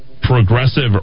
progressive